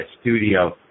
studio